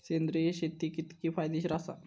सेंद्रिय शेती कितकी फायदेशीर आसा?